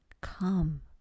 Come